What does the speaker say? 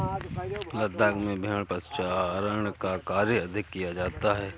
लद्दाख में भेड़ पशुचारण का कार्य अधिक किया जाता है